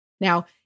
Now